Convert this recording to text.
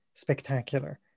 spectacular